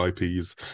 IPs